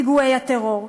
פיגועי הטרור,